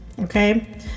Okay